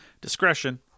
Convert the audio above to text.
Discretion